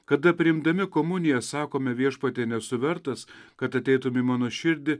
kada priimdami komuniją sakome viešpatie nesu vertas kad ateitum į mano širdį